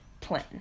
plan